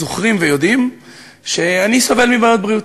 זוכרים ויודעים שאני סובל מבעיות בריאות.